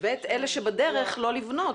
ואת אלה שבדרך, לא לבנות.